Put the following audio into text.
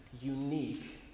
unique